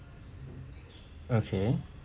okay